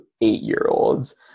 eight-year-olds